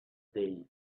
day